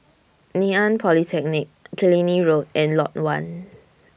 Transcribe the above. Ngee Ann Polytechnic Killiney Road and Lot one